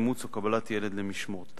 אימוץ או קבלת ילד למשמורת),